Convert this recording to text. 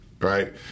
Right